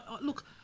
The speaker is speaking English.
Look